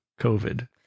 COVID